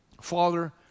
Father